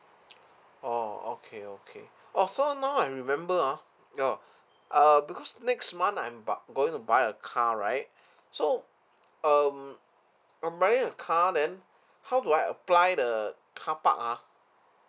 orh okay okay oh so now I remember ah oh err because next month I'm buy~ going to buy a car right so um I'm buying a car then how do I apply the car park ah